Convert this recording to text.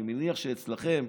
אני מניח שאצלכם,